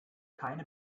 keine